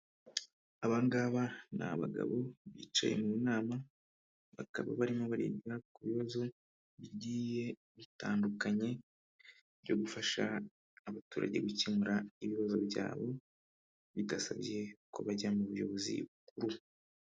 Aba ngaba n'abagabo bicaye mu nama, bakaba barimo bariga ku bibazo bigiye bitandukanye byo gufasha abaturage gukemura ibibazo byabo, bidasabye ko bajya mu buyobozi bukuru.